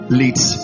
leads